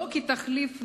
לא כתחליף לעברית,